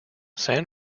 san